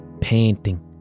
painting